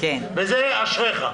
וזה אשריך.